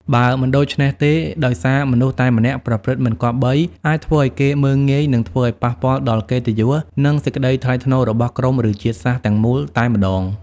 បើមិនដូច្នេះទេដោយសារមនុស្សតែម្នាក់ប្រព្រឹត្តិមិនគប្បី អាចធ្វើឲ្យគេមើលងាយ និងធ្វើឲ្យប៉ះពាលដល់កិត្តិយស និងសេចក្តីថ្លៃថ្នូររបស់ក្រុមឬជាតិសាសន៍ទាំងមូលតែម្តង ។